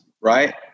right